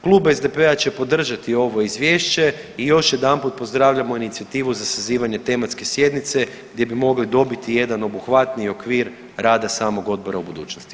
Klub SDP-a će podržati ovo izvješće i još jedanput pozdravljamo inicijativu za sazivanje tematske sjednice gdje bi mogli dobiti jedan obuhvatniji okvir rada samog odbora u budućnosti.